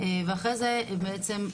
ואחרי זה הם בעצם,